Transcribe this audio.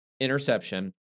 interception